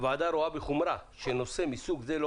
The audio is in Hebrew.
הוועדה רואה בחומרה שנושא מסוג זה לא